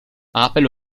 rappel